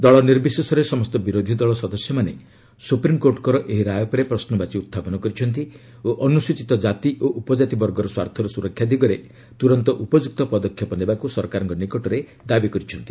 ଦଳ ନିର୍ବିଶେଷରେ ସମସ୍ତ ବିରୋଧୀ ଦଳ ସଦସ୍ୟମାନେ ସୁପ୍ରିମ୍କୋର୍ଟଙ୍କର ଏହି ରାୟ ଉପରେ ପ୍ରଶ୍ନବାଚୀ ଉଞ୍ଚାପନ କରିଛନ୍ତି ଓ ଅନୁସ୍ଚିତ କାତି ଓ ଉପଜାତି ବର୍ଗର ସ୍ୱାର୍ଥର ସୁରକ୍ଷା ଦିଗରେ ତୁରନ୍ତ ଉପଯୁକ୍ତ ପଦକ୍ଷେପ ନେବାକୁ ସରକାରଙ୍କ ନିକଟରେ ଦାବି କରିଛନ୍ତି